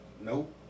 Nope